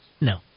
No